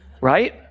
right